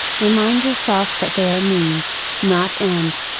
remind yourself that they are means, not ends.